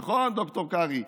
נכון, ד"ר קרעי?